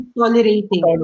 tolerating